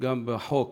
גם בחוק